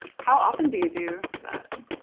how often do you do that?